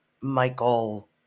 Michael